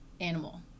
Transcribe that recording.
animal